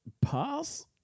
pass